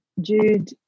Jude